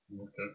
Okay